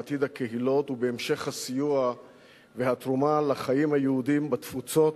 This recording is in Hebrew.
בעתיד הקהילות ובהמשך הסיוע והתרומה לחיים היהודיים בתפוצות